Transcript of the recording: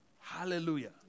Hallelujah